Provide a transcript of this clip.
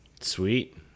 sweet